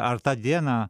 ar tą dieną